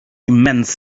immense